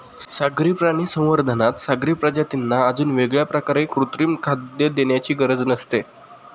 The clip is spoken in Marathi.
सागरी प्राणी संवर्धनात सागरी प्रजातींना अजून वेगळ्या प्रकारे कृत्रिम खाद्य देण्याची गरज नसते